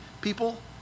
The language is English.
people